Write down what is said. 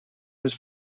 was